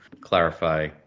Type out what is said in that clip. clarify